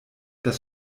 das